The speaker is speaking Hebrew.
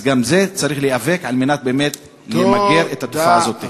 אז גם בזה צריך להיאבק כדי למגר באמת את התופעה הזאת.